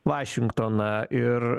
vašingtoną ir